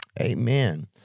amen